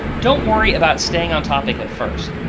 don't worry about staying on topic at first.